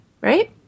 right